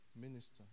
minister